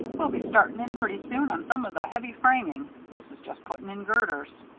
we'll be starting in pretty soon on some of the heavy framing. this is just putting in girders.